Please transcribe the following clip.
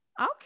okay